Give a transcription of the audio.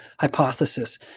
hypothesis